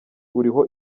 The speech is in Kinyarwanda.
uriho